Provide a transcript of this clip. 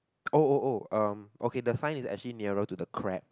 oh oh oh um okay the sign is actually nearer to the crab